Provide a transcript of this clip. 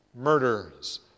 murders